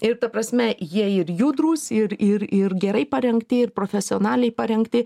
ir ta prasme jie ir judrūs ir ir ir gerai parengti ir profesionaliai parengti